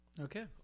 Okay